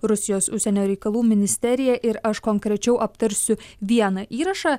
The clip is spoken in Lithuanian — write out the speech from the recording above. rusijos užsienio reikalų ministerija ir aš konkrečiau aptarsiu vieną įrašą